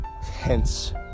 hence